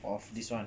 of this one